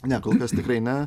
ne kol kas tikrai ne